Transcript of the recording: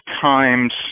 times